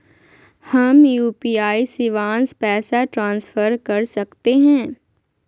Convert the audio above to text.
हम यू.पी.आई शिवांश पैसा ट्रांसफर कर सकते हैं?